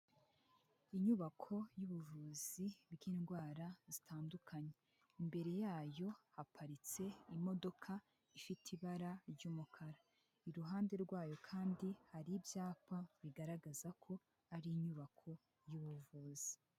Inyubako y'ubuvuzi bw'indwara zitandukanye, imbere yayo haparitse imodoka ifite ibara ry'umukara, iruhande rwayo kandi hari ibyapa bigaragaza ko ari inyubako y'ubuvuzi.